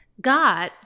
God